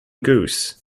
goose